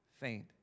faint